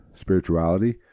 spirituality